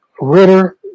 Ritter